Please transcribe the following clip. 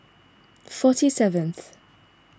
forty seventh